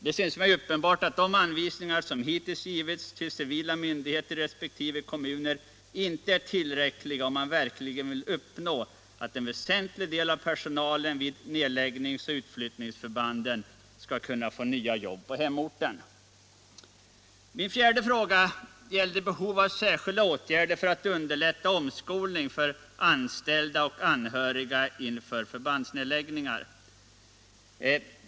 Det synes mig uppenbart att de anvisningar som hittills givits till civila myndigheter resp. kommuner inte är tillräckliga om man verkligen vill att en väsentlig del av personalen vid nedläggnings eller utflyttningsförbanden skall kunna få nya jobb på hemorten. Min fjärde fråga gällde behov av särskilda åtgärder för att underlätta omskolning för anställda och anhöriga inför förbandsnedläggningar.